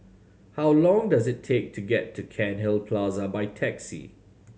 how long does it take to get to Cairnhill Plaza by taxi